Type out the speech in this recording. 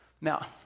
Now